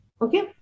Okay